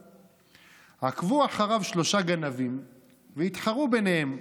עקבו אחריו שלושה גנבים והתחרו ביניהם.